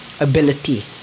ability